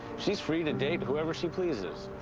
she's free to date whoever she pleases.